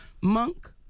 Monk